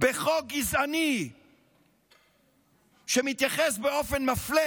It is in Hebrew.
בחוק גזעני שמתייחס באופן מפלה